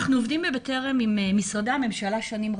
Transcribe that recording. אנחנו, בטרם, עובדים שנים רבות עם משרדי הממשלה.